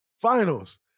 finals